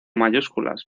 mayúsculas